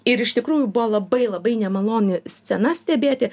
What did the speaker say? ir iš tikrųjų buvo labai labai nemaloni scena stebėti